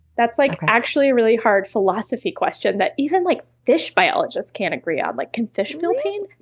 that's like actually a really hard philosophy question that even like fish biologists can't agree on. like can fish feel pain?